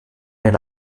eine